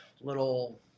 little